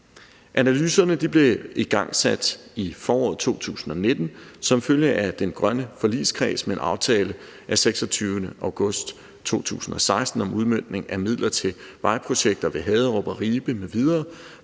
Analyserne blev igangsat i foråret 2019, som følge af at den grønne forligskreds med en aftale af 26. august 2016 om udmøntning af midler til vejprojekter ved Haderup og Ribe m.v. var